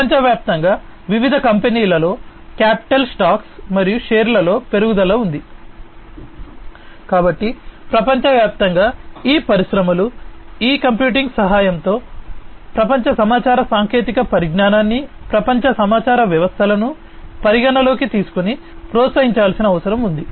ప్రపంచవ్యాప్తంగా వివిధ కంపెనీలలో క్యాపిటల్ స్టాక్స్ మరియు షేర్లలో పెరుగుదల ఉంది కాబట్టి ప్రపంచవ్యాప్తంగా ఈ పరిశ్రమలు ఈ కంప్యూటింగ్ శక్తి సహాయంతో ప్రపంచ సమాచార సాంకేతిక పరిజ్ఞానాన్ని ప్రపంచ సమాచార వ్యవస్థలను పరిగణనలోకి తీసుకొని ప్రోత్సహించాల్సిన అవసరం ఉంది